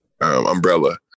umbrella